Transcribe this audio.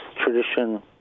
tradition